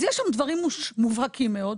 אז יש שם דברים מובהקים מאוד,